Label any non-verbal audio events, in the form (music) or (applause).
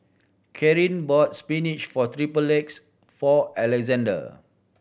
Carin bought spinach (unintelligible) eggs for Alexande